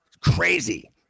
crazy